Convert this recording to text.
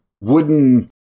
wooden